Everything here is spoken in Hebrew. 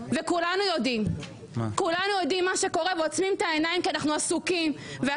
כולנו יודעים מה קורה ועוצמים את העיניים כי אנחנו עסוקים אבל